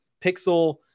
pixel